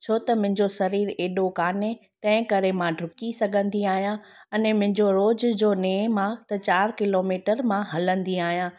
छो त मुंहिंजो शरीर हेॾो कोन्हे तंहिं करे मां डुकी सघंदी आहियां अने मुंहिंजो रोज़ जो नेमु आ्हे त चार किलोमीटर मां हलंदी आहियां